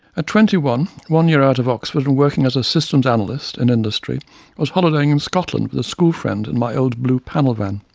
twenty one, one year out of oxford, and working as a system's analyst in industry, i was holidaying in scotland with a school friend in my old blue panel van.